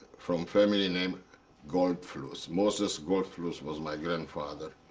from family name goldfluss. moses goldfluss was my grandfather.